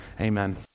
Amen